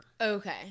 Okay